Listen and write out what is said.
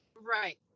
right